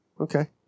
okay